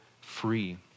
free